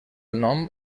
nom